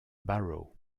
barrow